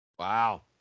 wow